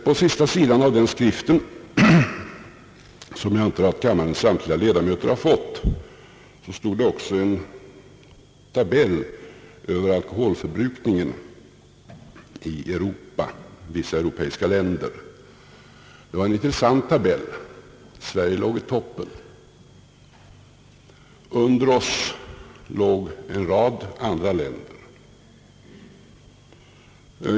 På sista sidan av den skriften, vilken jag antar att kammarens samtliga ledamöter fått, fanns också en tabell över alkoholförbrukningen i vissa europeiska länder. Det var en intressant tabell. Sverige låg i toppen. Under oss låg en rad andra länder.